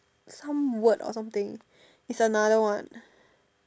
some word or something it's another one